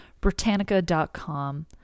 Britannica.com